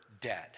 dead